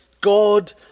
God